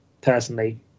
personally